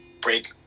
break